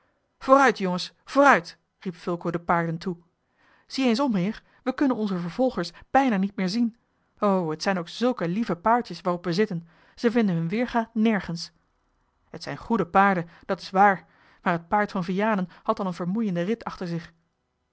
vooruit jongens vooruit riep fulco de paarden toe zie eens om heer we kunnen onze vervolgers bijna niet meer zien o het zijn ook zulke lieve paardjes waarop we zitten zij vinden hun weêrga nergens t zijn goede paarden dat is waar maar het paard van vianen had al een vermoeienden rit achter zich